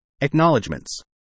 Acknowledgements